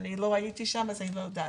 אני לא הייתי שם לכן אני לא מעודכנת.